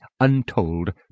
untold